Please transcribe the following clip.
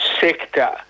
sector